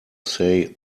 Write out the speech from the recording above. say